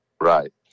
Right